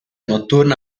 notturna